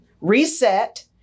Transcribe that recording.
reset